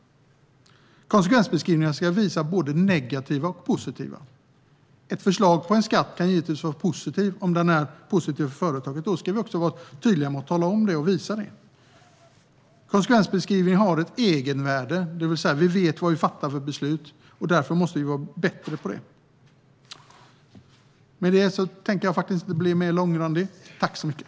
Konsekvensbeskrivningarna ska visa både negativa och positiva effekter. Ett förslag kan givetvis vara positivt för företagen, och då ska vi vara tydliga med att tala om det. Konsekvensbeskrivningar har ett egenvärde eftersom vi då vet vad vi fattar för beslut. Därför måste vi bli bättre på att göra sådana.